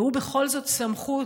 והוא בכל זאת סמכות,